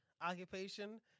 Occupation